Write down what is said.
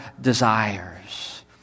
desires